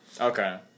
Okay